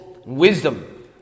Wisdom